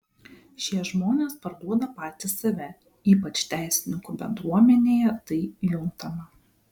šie žmonės parduoda patys save ypač teisininkų bendruomenėje tai juntama